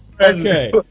okay